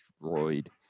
destroyed